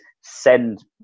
send